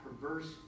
perverse